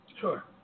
Sure